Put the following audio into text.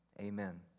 Amen